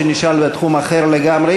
שנשאל בתחום אחר לגמרי,